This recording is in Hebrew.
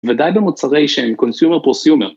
ודאי במוצרי שהם consumer-pursumer.